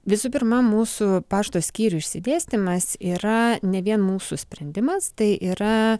visų pirma mūsų pašto skyrių išsidėstymas yra ne vien mūsų sprendimas tai yra